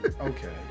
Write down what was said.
okay